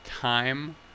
time